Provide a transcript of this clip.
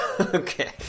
Okay